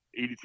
82